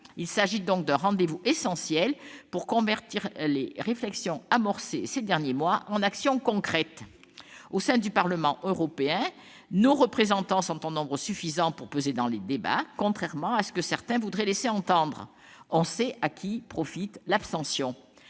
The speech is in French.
il s'agit donc d'un rendez-vous essentiel pour convertir les réflexions amorcées ces derniers mois en actions concrètes. Au sein du Parlement européen, nos représentants sont en nombre suffisant pour peser dans les débats, contrairement à ce que certains voudraient laisser entendre- on sait à qui profite l'abstention